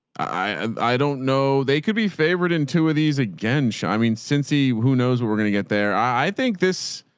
i don't know. they could be favored in two of these again. i mean, since he, who knows what we're going to get there, i think this,